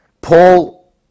Paul